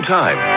time